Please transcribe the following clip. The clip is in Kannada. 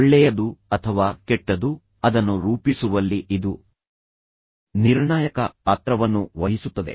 ಒಳ್ಳೆಯದು ಅಥವಾ ಕೆಟ್ಟದು ಅದನ್ನು ರೂಪಿಸುವಲ್ಲಿ ಇದು ನಿರ್ಣಾಯಕ ಪಾತ್ರವನ್ನು ವಹಿಸುತ್ತದೆ